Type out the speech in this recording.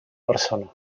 persona